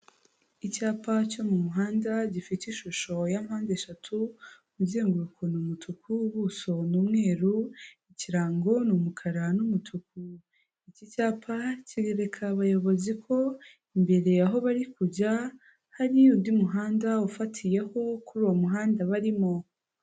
Icyapa cyo mu muhanda gifite ishusho ya mpande eshatu, umuzenguruko ni umutuku, ubuso ni umweru, ikirango ni umukara n'umutuku, iki cyapa kereka abayobozi ko imbere aho bari kujya, hari undi muhanda ufatiyeho kuri uwo muhanda barimo.